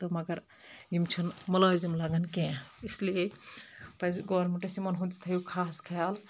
تہٕ مگر یِم چھِنہٕ مُلٲزِم لَگان کینٛہہ اِسلیے پزِ گَوٚرمِنٹس یِمَن ہُنٛد تہِ تھٲیِو خاص خیال